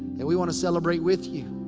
and we wanna celebrate with you.